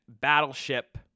Battleship